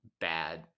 bad